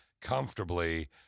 comfortably